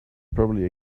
probably